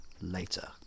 later